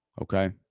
okay